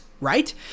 right